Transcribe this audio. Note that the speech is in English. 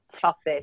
toughest